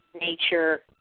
nature